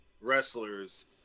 wrestlers